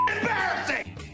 embarrassing